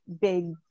big